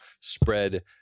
spread